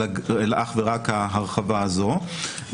אלא אך ורק להרחבה הזו.